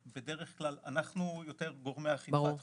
אנחנו יותר גורמי אכיפת חוק,